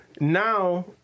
now